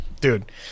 Dude